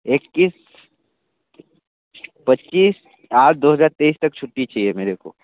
इक्किस पच्चीस आठ दो हज़ार तईस तक छुट्टी चाहिए मेरे को